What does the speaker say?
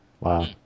Wow